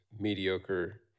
mediocre